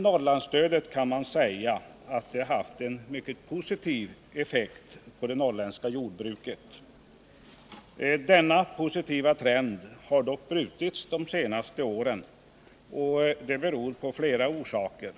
Norrlandsstödet har haft en mycket positiv effekt på det norrländska jordbruket. Denna positiva trend har dock brutits de senaste åren, beroende på flera saker.